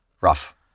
Rough